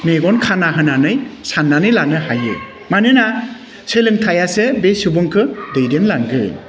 मेगन खाना होन्नानै सान्नानै लानो हायो मानोना सोलोंथाइयासो बे सुबुंखौ दैदेनलांगोन